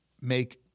make